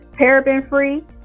paraben-free